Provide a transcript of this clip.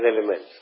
elements